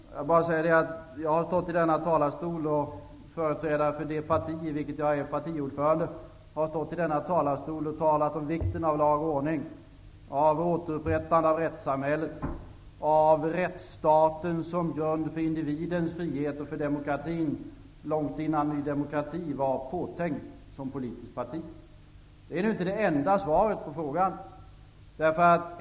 Jag vill bara säga att jag och företrädare för det parti för vilket jag är partiledare har stått i denna talarstol och talat om vikten av lag och ordning, av återupprättandet av rättssamhället och av rättsstaten som grund för individens frihet och för demokrati, långt innan Ny demokrati var påtänkt som politiskt parti. Men detta är inte det enda svaret på frågan.